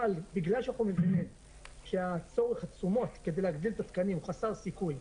אבל בגלל שאנחנו מבינים שהתשומות כדי להגדיל את התקנים הוא חסר סיכוי,